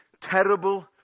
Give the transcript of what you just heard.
terrible